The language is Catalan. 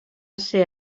ser